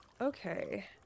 Okay